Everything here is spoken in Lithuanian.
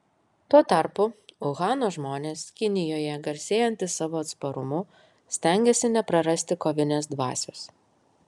tuo tarpu uhano žmonės kinijoje garsėjantys savo atsparumu stengiasi neprarasti kovinės dvasios